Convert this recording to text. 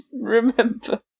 remember